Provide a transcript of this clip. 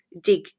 dig